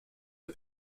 the